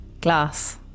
Glass